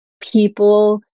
people